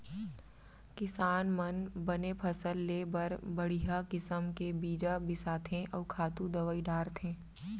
किसान मन बने फसल लेय बर बड़िहा किसम के बीजा बिसाथें अउ खातू दवई डारथें